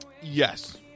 Yes